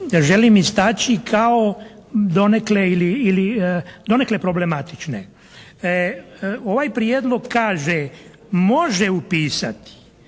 želim istaći kao donekle ili donekle problematične. Ovaj Prijedlog kaže "može upisati".